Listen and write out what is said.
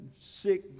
sick